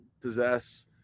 possess